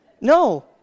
No